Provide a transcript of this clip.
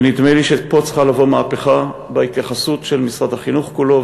ונדמה לי שפה צריכה לבוא מהפכה בהתייחסות של משרד החינוך כולו,